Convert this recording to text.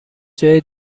جای